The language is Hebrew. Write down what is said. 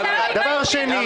דבר שני,